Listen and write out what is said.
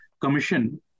Commission